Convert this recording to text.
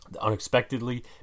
unexpectedly